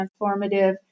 transformative